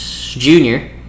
junior